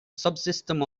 subsystem